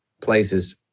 places